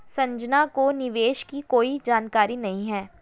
संजना को निवेश की कोई जानकारी नहीं है